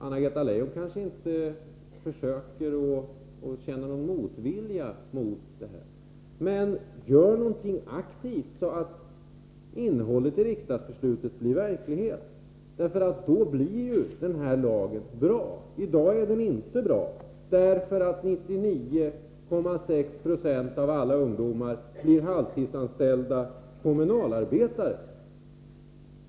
Anna-Greta Leijon kanske inte känner någon motvilja mot det här förhållandet. Men gör någonting aktivt så att innehållet i riksdagsbeslutet blir verklighet! Då blir den här lagen någonting bra. I dag är den inte bra, eftersom 99,6 90 av alla ungdomar blir halvtidsanställda kommunalarbetare.